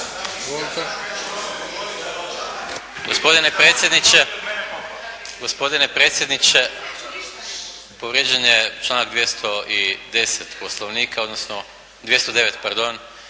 Gospodine predsjedniče, povrijeđen je članak 210. Poslovnika, odnosno 209. pardon.